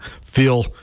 feel